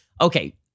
okay